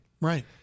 Right